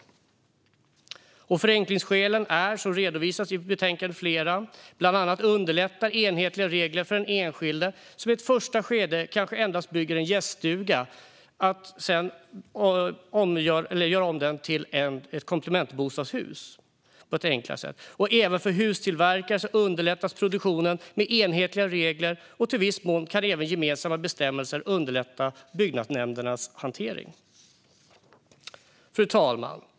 Förenklingsskälen är, som redovisas i betänkandet, flera. Bland annat underlättar enhetliga regler för den enskilde som i ett första skede kanske endast bygger en gäststuga att i ett senare skede göra om den till ett komplementbostadshus. Även för hustillverkare underlättas produktionen av enhetliga regler, och i viss mån kan gemensamma bestämmelser också underlätta byggnadsnämndernas handläggning. Fru talman!